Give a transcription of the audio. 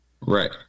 Right